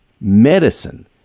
medicine